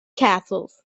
castles